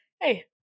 Hey